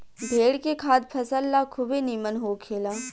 भेड़ के खाद फसल ला खुबे निमन होखेला